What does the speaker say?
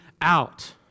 out